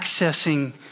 accessing